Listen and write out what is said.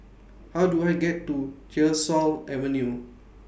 How Do I get to Tyersall Avenue